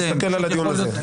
תסתכל על הדיון הזה.